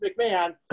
McMahon